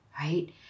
right